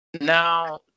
Now